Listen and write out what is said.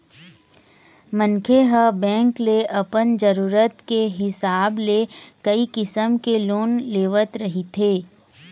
मनखे ह बेंक ले अपन जरूरत के हिसाब ले कइ किसम के लोन लेवत रहिथे